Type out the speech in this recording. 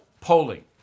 polling